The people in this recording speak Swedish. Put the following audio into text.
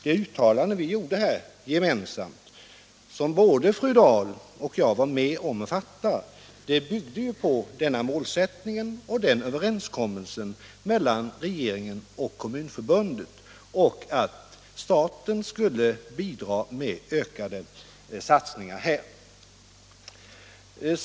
Det uttalande vi gjorde gemensamt och som både fru Dahl och jag var med om byggde på denna målsättning och på överenskommelsen mellan regeringen och Kommunförbundet, och det innebar att staten skulle bidra med ökade satsningar.